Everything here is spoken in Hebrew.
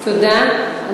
תודה.